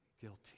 guilty